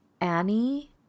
Annie